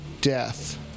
death